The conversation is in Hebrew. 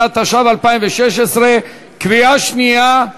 13), התשע"ו 2016, קריאה שנייה,